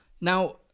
Now